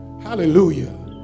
hallelujah